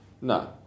No